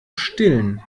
stillen